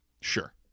Sure